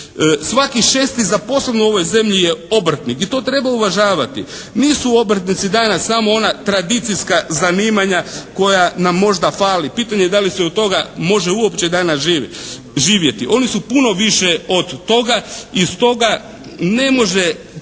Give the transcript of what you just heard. Svaki 6. zaposleni u ovoj zemlji je obrtnik. I to treba uvažavati. Nisu obrtnici danas samo ona tradicijska zanimanja koja nam možda fali. Pitanje je da li se od toga uopće može danas živjeti. Oni su puno više od toga. I stoga ne može